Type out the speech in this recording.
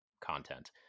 content